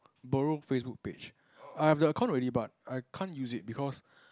borrow FaceBook page I have the account already but I can't use it because